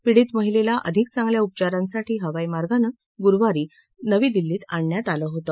पीडित महिलेला अधिक चांगल्या उपचारांसाठी हवाई मार्गानं गुरुवारी रात्री नवी दिल्लीत आणण्यात आलं होतं